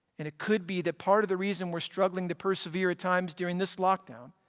and it could be that part of the reason we're struggling to persevere at times during this lockdown,